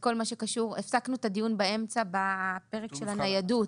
הפסקנו את הדיון באמצע בפרק של הניידות,